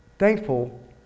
Thankful